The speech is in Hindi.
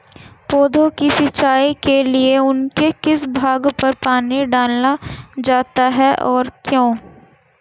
पौधों की सिंचाई के लिए उनके किस भाग पर पानी डाला जाता है और क्यों?